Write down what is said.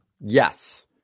Yes